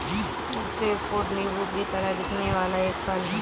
grapefruit नींबू की तरह दिखने वाला एक फल है